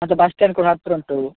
ಮತ್ತು bus stand ಕೂಡ ಹತ್ರ ಉಂಟು